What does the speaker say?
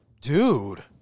dude